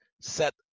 set